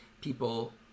people